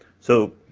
so,